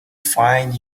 find